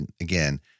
again